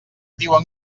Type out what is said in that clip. diuen